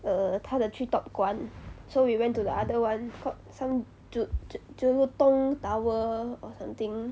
err 他的 tree top 关 so we went to the other [one] called some je~ je~ jelutong tower or something